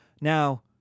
Now